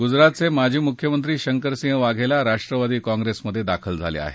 गुजरातचे माजी मुख्यमंत्री शंकरसिंह वाघेला राष्ट्रवादी काँप्रेसमधे दाखल झाले आहेत